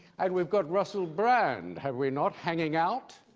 and we've got russell brand, have we not, hanging out?